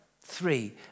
three